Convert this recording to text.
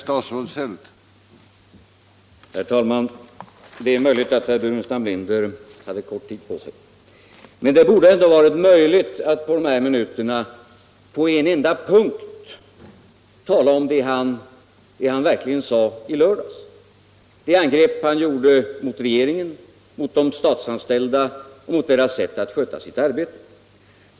Herr talman! Det är möjligt att herr Burenstam Linder hade kort tid på sig, men det borde ändå ha varit möjligt för honom att på dessa minuter på en enda punkt tala om det som han verkligen sade i lördags, det angrepp han gjorde på regeringen, på de statsanställda och på deras sätt att sköta sitt arbete.